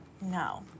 No